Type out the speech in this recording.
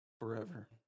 forever